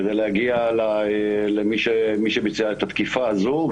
כדי להגיע למי שביצע את התקיפה הזו,